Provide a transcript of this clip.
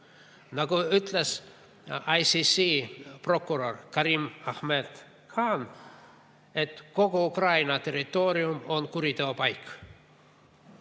Nagu ütles ICC prokurör Karim Ahmad Khan, kogu Ukraina territoorium on kuriteopaik.